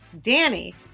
Danny